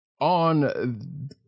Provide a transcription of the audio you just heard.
on